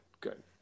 good